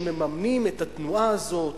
שמממנים את התנועה הזאת,